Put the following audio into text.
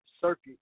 Circuit